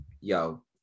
yo